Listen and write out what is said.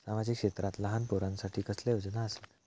सामाजिक क्षेत्रांत लहान पोरानसाठी कसले योजना आसत?